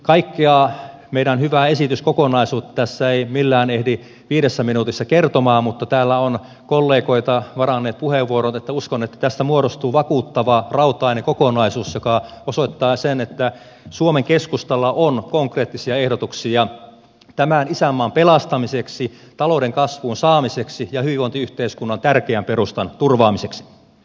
kaikkea meidän hyvää esityskokonaisuutta tässä ei millään ehdi viidessä minuutissa kertoa mutta täällä ovat kollegat varanneet puheenvuoroja joten uskon että tästä muodostuu vakuuttava rautainen kokonaisuus joka osoittaa sen että suomen keskustalla on konkreettisia ehdotuksia tämän isänmaan pelastamiseksi talouden kasvuun saamiseksi ja hyvinvointiyhteiskunnan tärkeän perustan turvaamiseksi